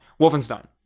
Wolfenstein